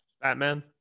Batman